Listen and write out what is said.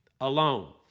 Alone